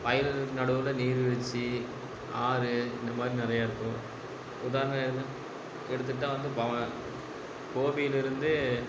வயல்களுக்கு நடுவில் நீர்வீழ்ச்சி ஆறு இந்தமாதிரி நிறையா இருக்கும் உதாரணம் எதுவும் எடுத்துக்கிட்டால் வந்து பவா கோபியில் இருந்தே